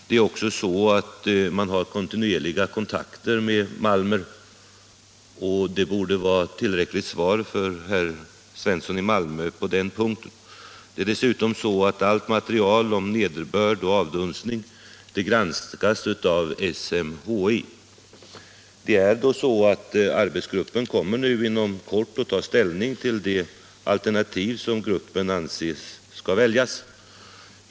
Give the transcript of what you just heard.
Man har också kontinuerliga kontakter med Malmer, och det borde vara tillräckligt svar för herr Svensson i Malmö på den punkten. Det är dessutom så att allt material om nederbörd och avdunstning etc. granskas av SMHI. Arbetsgruppen kommer inom kort att ta ställning till vilket alternativ som skall väljas.